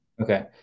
okay